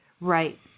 right